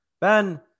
Ben